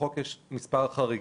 בחוק יש מספר חריגים.